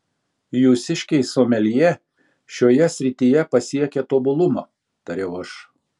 jūsiškiai someljė šioje srityje pasiekė tobulumą tariau aš